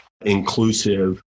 inclusive